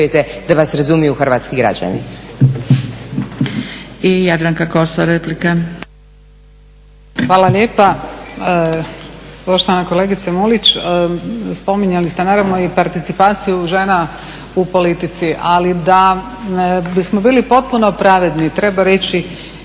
Hvala lijepa. Poštovana kolegice Mulić, spominjali ste naravno i participaciju žena u politici. Ali da bimo bili potpuno pravedni treba reći